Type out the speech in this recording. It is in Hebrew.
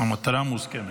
המטרה מוסכמת,